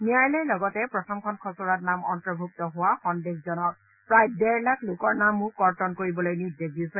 ন্যায়ালয়ে লগতে প্ৰথমখন খচৰাত নাম অন্তৰ্ভুক্ত হোৱা সন্দেহজনক প্ৰায় ডেৰ লাখ লোকৰ নামো কৰ্তন কৰিবলৈ নিৰ্দেশ দিছে